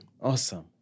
Awesome